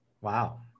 Wow